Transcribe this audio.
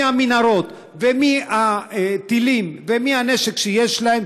מהמנהרות ומהטילים ומהנשק שיש להם